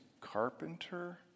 carpenter